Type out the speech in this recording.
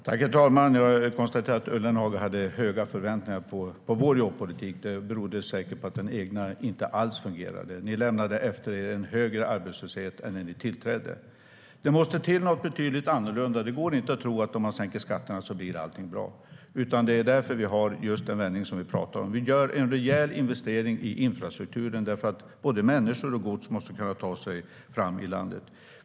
Herr talman! Jag konstaterar att Ullenhag har höga förväntningar på vår jobbpolitik. Det beror säkert på att den egna inte alls fungerade. Man lämnade efter sig en högre arbetslöshet än när man tillträdde. Det måste till något som är betydligt mer annorlunda. Det går inte att tro att om man sänker skatterna blir allting bra. Det är därför vi gör den vändning som vi talar om. Vi gör en rejäl investering i infrastrukturen, för både människor och gods måste kunna ta sig fram i landet.